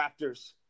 Raptors